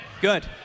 Good